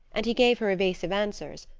and he gave her evasive answers,